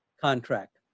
contract